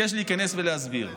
וביקש להיכנס ולהסביר.